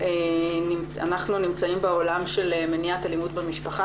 אנחנו נמצאים בעולם של מניעת אלימות במשפחה,